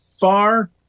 far